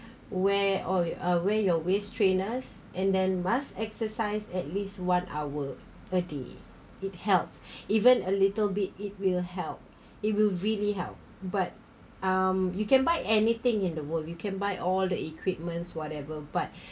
wear all yo~ uh wear your waist trainers and then must exercise at least one hour a day it helps even a little bit it will help it will really help but um you can buy anything in the world you can buy all the equipments whatever but